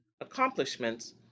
accomplishments